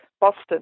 Boston